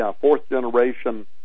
fourth-generation